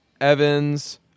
Evans